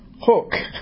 hook